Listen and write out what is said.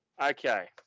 Okay